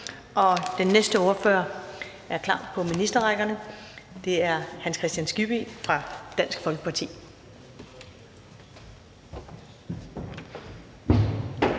Den næste ordfører er klar, og det er Hans Kristian Skibby fra Dansk Folkeparti.